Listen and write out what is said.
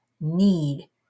need